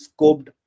scoped